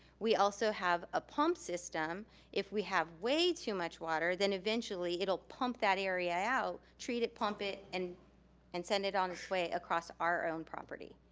we also have a pump system if we have way too much water, then eventually it'll pump that area out, treat it, pump it, and and send it on its way across our own property.